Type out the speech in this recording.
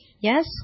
yes